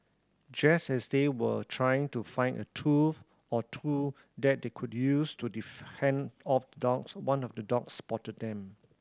just as they were trying to find a tool or two that they could use to the off the dogs one of the dogs spotted them